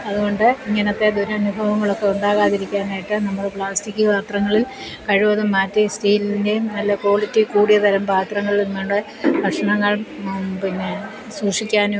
അത്കൊണ്ട് ഇങ്ങനത്തെ ദുരനുഭവങ്ങളൊക്കെ ഉണ്ടാകാതിരിക്കാനായിട്ട് നമ്മൾ പ്ലാസ്റ്റിക്ക് പാത്രങ്ങളിൽ കഴിവതും മാറ്റി സ്റ്റീലിൻ്റെയും നല്ല ക്വാളിറ്റി കൂടിയ തരം പാത്രങ്ങളിൽ ഭക്ഷണങ്ങൾ പിന്നെ സൂക്ഷിക്കാനും